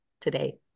today